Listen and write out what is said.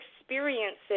experiences